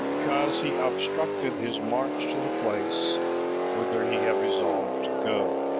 because he obstructed his march to the place whither he had resolved to go.